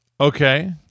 Okay